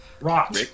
Rock